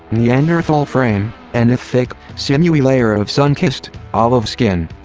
neanderthal frame, and a thick, sinewy layer of sun kissed, olive skin.